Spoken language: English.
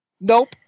Nope